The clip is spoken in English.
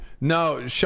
No